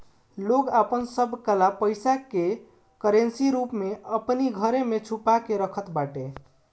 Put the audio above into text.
लोग आपन सब काला पईसा के करेंसी रूप में अपनी घरे में छुपा के रखत बाटे